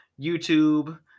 YouTube